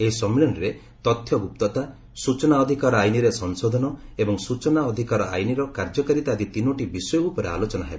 ଏହି ସମ୍ମିଳନୀରେ ତଥ୍ୟ ଗୁପ୍ତତା ସୂଚନା ଅଧିକାର ଆଇନ୍ରେ ସଂଶୋଧନ ଏବଂ ସୂଚନା ଅଧିକାର ଆଇନ୍ର କାର୍ଯ୍ୟକାରିତା ଆଦି ତିନୋଟି ବିଷୟ ଉପରେ ଆଲୋଚନା ହେବ